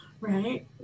Right